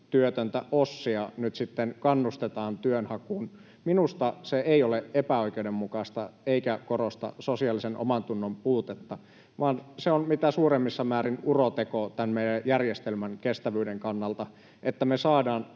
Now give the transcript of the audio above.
työtöntä Ossia nyt sitten kannustetaan työnhakuun? Minusta se ei ole epäoikeudenmukaista eikä korosta sosiaalisen omantunnon puutetta vaan on mitä suurimmissa määrin uroteko tämän meidän järjestelmän kestävyyden kannalta, että me saadaan